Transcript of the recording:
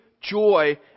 joy